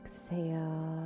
exhale